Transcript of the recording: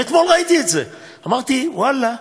ואתמול ראיתי את זה, ואמרתי: ואללה,